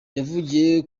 yavugiye